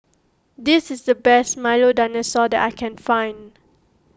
this is the best Milo Dinosaur that I can find